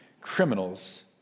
criminals